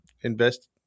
Invest